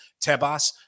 Tebas